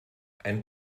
ein